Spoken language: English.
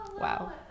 Wow